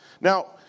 Now